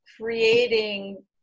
creating